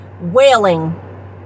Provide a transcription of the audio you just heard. wailing